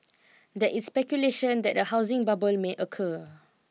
there is speculation that a housing bubble may occur